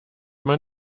man